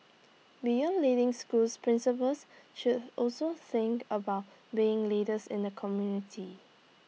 beyond leading schools principals should also think about being leaders in the community